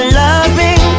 loving